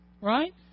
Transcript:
right